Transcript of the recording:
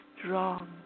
strong